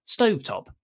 stovetop